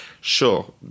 sure